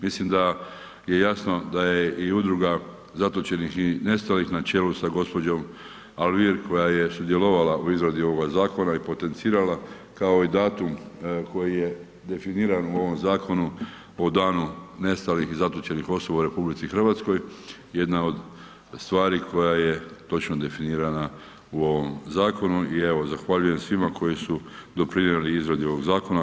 Mislim da je jasno da je i Udruga zatočenih i nestalih na čelu s gđom. Alvir koja je sudjelovala u izradi ovoga zakona i potencirala kao i datum koji je definiran u ovom zakonu, o danu nestalih i zatočenih osoba u RH jedna od stvari koja je točno definirana u ovom zakonu, i evo, zahvaljujem svima koji su doprinijeli izradi ovog zakona.